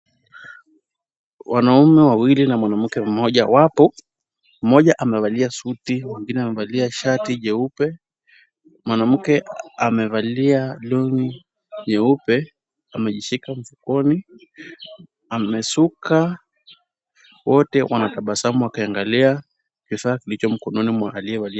Wanaume wawili na mwanamke mmoja wapo, mmoja amevalia suti mwingine amevalia shati jeupe. Mwanamke amevalia long'i nyeupe amejishika mfukoni, amesuka, wote wanatabasamu wakiangalia kifaa kilicho mkononi kwa aliye...